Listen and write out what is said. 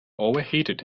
overheated